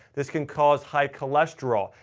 this can cause high cholesterol,